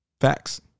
Facts